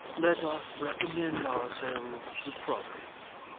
let us recommend ourselves to providence.